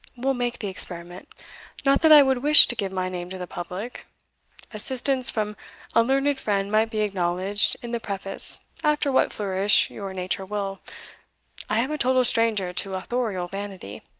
we'll make the experiment not that i would wish to give my name to the public assistance from a learned friend might be acknowledged in the preface after what flourish your nature will i am a total stranger to authorial vanity.